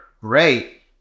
great